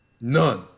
None